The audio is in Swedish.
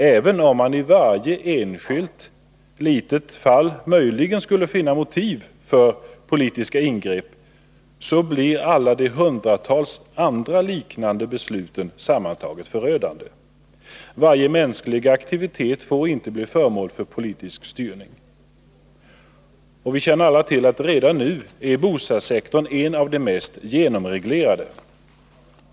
Även om man i varje litet enskilt fall möjligen skulle finna motiv för politiska ingrepp, blir alla de hundratals andra liknande besluten sammantagna förödande. Varje mänsklig aktivitet får inte bli föremål för politisk styrning. Vi känner alla till att bostadssektorn redan nu är en av de mest genomreglerade.